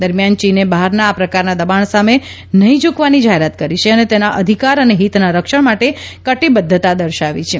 દરમિયાન ચીને બહારના આ પ્રકારના દબાણ સામે નહીં ઝૂકવાની જાહેરાત કરી છે અને તેના અધિકાર અને હીતના રક્ષણ માટે કટિબદ્ધતા દર્શાવી છે